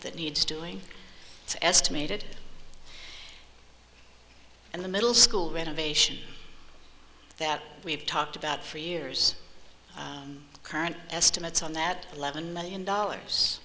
that needs doing it's estimated and the middle school renovation that we've talked about for years current estimates on that eleven million dollars